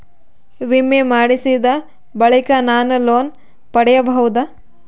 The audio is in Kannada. ವಿಮೆ ಮಾಡಿಸಿದ ಬಳಿಕ ನಾನು ಲೋನ್ ಪಡೆಯಬಹುದಾ?